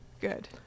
Good